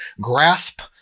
grasp